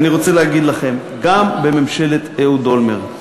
אני רוצה להגיד לכם, גם בממשלת אהוד אולמרט,